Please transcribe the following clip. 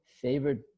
Favorite